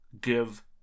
give